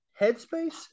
headspace